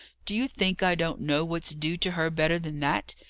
do you think i don't know what's due to her better than that?